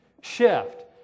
shift